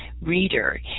reader